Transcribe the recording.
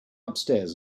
upstairs